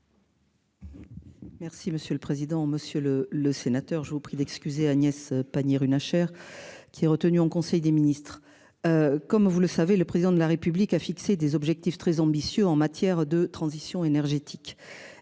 Merci monsieur le président, Monsieur le le sénateur, je vous prie d'excuser Agnès Pannier-Runacher. Qui est retenu en conseil des ministres. Comme vous le savez, le président de la République a fixé des objectifs très ambitieux en matière de transition énergétique.